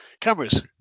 cameras